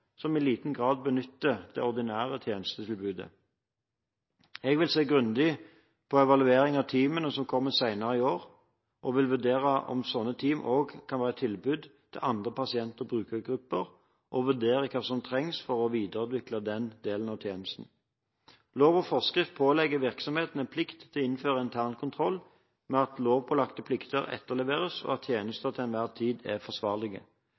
som i liten grad benytter det ordinære tjenestetilbudet. Jeg vil se grundig på evalueringen av teamene som kommer senere i år, og vil vurdere om sånne team også kan være et tilbud til andre pasient- og brukergrupper, og vurdere hva som trengs for å videreutvikle den delen av tjenesten. Lov og forskrift pålegger virksomhetene en plikt til å føre internkontroll med at lovpålagte plikter etterleves, og at tjenester til enhver tid er forsvarlige.